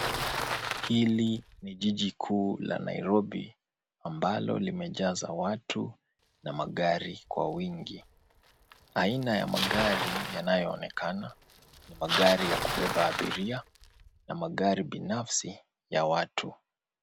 Hili ni jiji kuu la Nairobi ambalo limejaza watu na magari kwa wingi. Aina ya magari yanyoonekana ni magari ya kubeba abiria na magari binafsi ya watu.